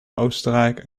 oostenrijk